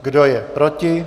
Kdo je proti?